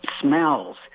smells